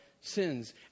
sins